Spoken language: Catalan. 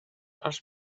als